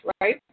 right